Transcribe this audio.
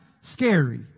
scary